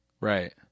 Right